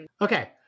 Okay